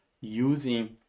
using